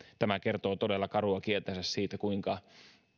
tämä kertoo todella karua kieltänsä siitä kuinka